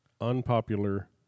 Unpopular